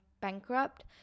bankrupt